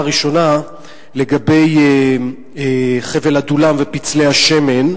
השאלה הראשונה היא לגבי חבל עדולם ופצלי השמן.